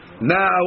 now